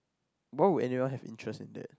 why would anyone have interest in that